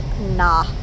nah